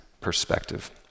perspective